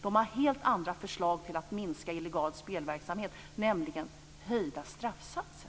De har helt andra förslag för att minska illegal spelverksamhet, nämligen höjda straffsatser.